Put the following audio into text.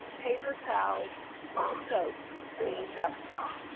paper towels or soap being kept stock?